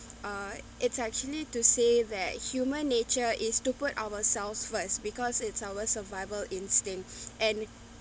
uh it's actually to say that human nature is to put ourselves first because it's our survival instincts and